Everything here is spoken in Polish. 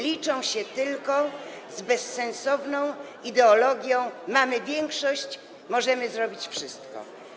Liczą się tylko z bezsensowną ideologią: mamy większość, możemy zrobić wszystko.